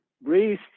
breathe